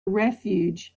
refuge